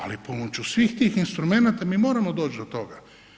Ali pomoći svih tih instrumenata mi moramo doći do toga.